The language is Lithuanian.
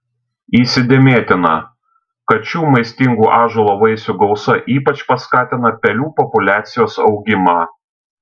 įsidėmėtina kad šių maistingų ąžuolo vaisių gausa ypač paskatina pelių populiacijos augimą